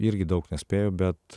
irgi daug nespėju bet